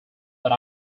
but